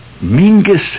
Mingus